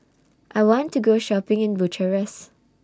I want to Go Shopping in Bucharest